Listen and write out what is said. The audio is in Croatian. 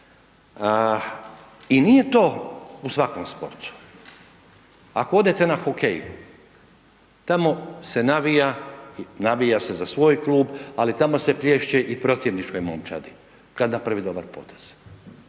I nije to u svakom sportu, ako odete na hokej, tamo se navija, navija se za svoj klub ali tamo se plješče i protivničkoj momčadi kada napravi dobar potez.